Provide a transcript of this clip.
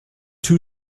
two